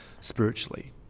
spiritually